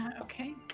Okay